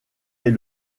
est